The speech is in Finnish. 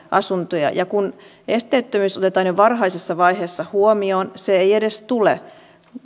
asuntoja ja kun esteettömyys otetaan jo varhaisessa vaiheessa huomioon se ei edes tule